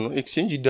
exchange